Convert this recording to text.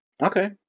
Okay